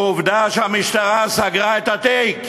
עובדה שהמשטרה סגרה את התיק.